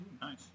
Nice